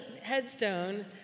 headstone